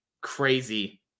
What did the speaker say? crazy